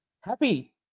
Happy